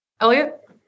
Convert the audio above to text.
Elliot